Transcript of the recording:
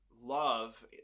love